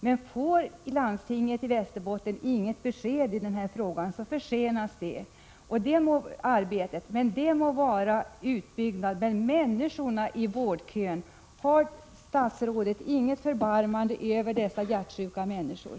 Men om landstinget i Västerbottens län inte får något besked i den här frågan, försenas arbetet. Hur blir det med människorna i vårdkön? Har statsrådet inget förbarmande med dessa hjärtsjuka människor?